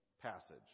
Passage